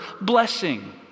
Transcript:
blessing